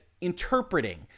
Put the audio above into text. interpreting